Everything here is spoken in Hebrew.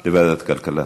כלכלה?